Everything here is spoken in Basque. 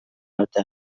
naute